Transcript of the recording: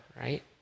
right